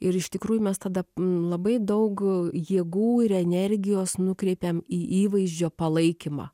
ir iš tikrųjų mes tada labai daug jėgų ir energijos nukreipėme į įvaizdžio palaikymą